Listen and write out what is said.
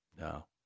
No